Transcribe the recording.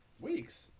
Weeks